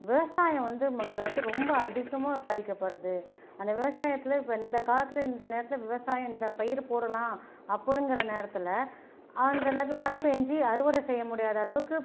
விவசாயம் வந்து இங்க வந்து ரொம்ப அதிகமாக பாதிக்கப்படுது அந்த விவசாயத்தில் இந்த காலத்தில் இந்த நேரத்தில் விவசாயம் இந்த பயிர் போடலாம் அப்போங்குற நேரத்தில் அந்த நேரத்தில் மழை பெய்ஞ்சி அறுவடை செய்ய முடியாத அளவுக்கு